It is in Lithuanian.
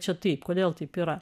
čia tai kodėl taip yra